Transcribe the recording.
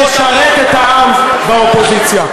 לשרת את העם באופוזיציה.